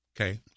Okay